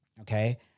Okay